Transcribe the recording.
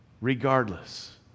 regardless